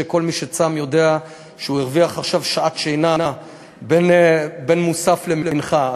כל מי שצם יודע שהוא הרוויח עכשיו שעת שינה בין מוסף למנחה,